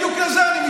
בדיוק לזה אני מתכוון.